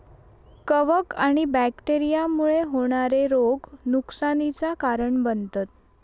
कवक आणि बैक्टेरिया मुळे होणारे रोग नुकसानीचा कारण बनतत